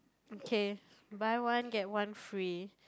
okay buy one get one free